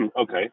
Okay